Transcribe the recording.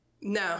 no